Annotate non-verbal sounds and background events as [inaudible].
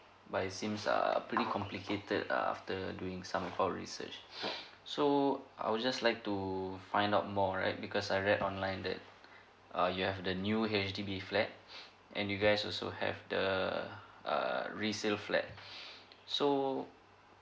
but it seems err pretty complicated err after doing some research [noise] so I would just like to find out more right because I read online that uh you have the new H_D_B flat [noise] and you guys also have the err resale flat [noise] so